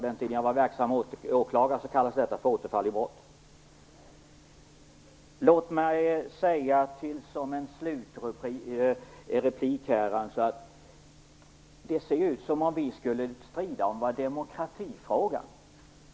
På den tiden jag var verksam som åklagare kallades detta för återfall i brott. Låt mig som en slutreplik säga att det ser ut som om vi skulle strida om demokratifrågan.